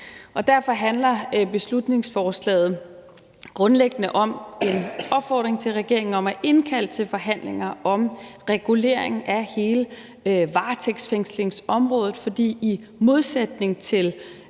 Derfor handler beslutningsforslaget grundlæggende om en opfordring til regeringen om at indkalde til forhandlinger om regulering af hele varetægtsfængslingsområdet, for i modsætning til